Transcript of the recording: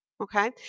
okay